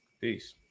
peace